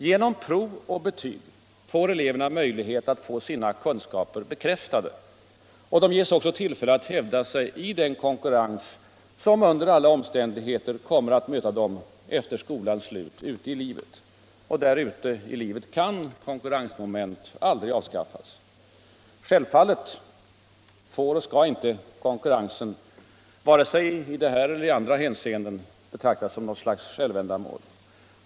Genom prov och betyg ges eleverna möjlighet att få sina kunskaper bekräftade, och de ges också tillfälle att hävda sig i den konkurrens som under alla omständigheter kommer att möta dem efter skolans slut ute i livet. Och där ute i livet kan konkurrensmoment aldrig avskaffas. Självfallet får och skall inte konkurrensen vare sig i detta eller i andra hänseenden betraktas som något slags självändamål.